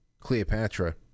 Cleopatra